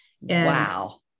Wow